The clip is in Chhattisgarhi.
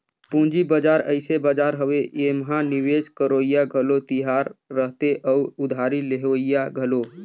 पंूजी बजार अइसे बजार हवे एम्हां निवेस करोइया घलो तियार रहथें अउ उधारी लेहोइया घलो